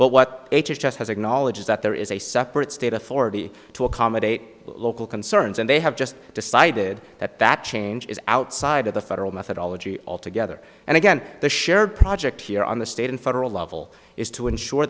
but what has just as acknowledge is that there is a separate state authority to accommodate local concerns and they have just decided that that change is outside of the federal methodology altogether and again the shared project here on the state and federal level is to ensure